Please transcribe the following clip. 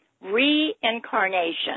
reincarnation